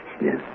Yes